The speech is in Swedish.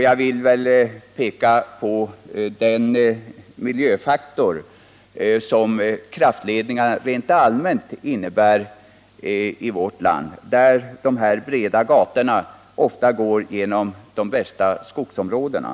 Jag vill peka på den miljöfaktor som kraftledningarna rent allmänt är i vårt land, när de breda kraftledningsgatorna ofta går genom de bästa skogsområdena.